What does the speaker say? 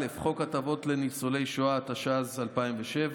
התשפ"ג 2022,